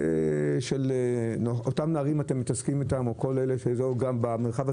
קודם כול בשביל הנהגים